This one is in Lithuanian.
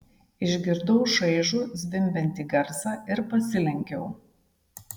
išgirdau šaižų zvimbiantį garsą ir pasilenkiau